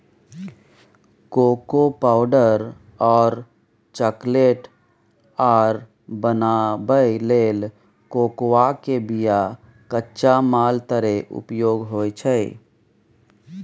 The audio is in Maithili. कोको पावडर और चकलेट आर बनाबइ लेल कोकोआ के बिया कच्चा माल तरे उपयोग होइ छइ